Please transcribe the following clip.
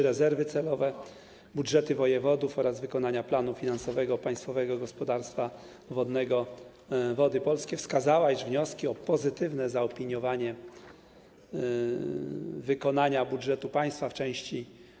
Rezerwy celowe, budżety wojewodów oraz wykonanie planu finansowego Państwowego Gospodarstwa Wodnego Wody Polskie, wskazała, iż wnioski o pozytywne zaopiniowanie wykonania budżetu państwa w części: